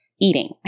eating